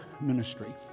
ministry